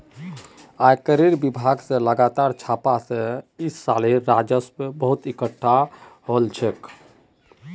आयकरेर विभाग स लगातार छापा स इस सालेर राजस्व बहुत एकटठा हल छोक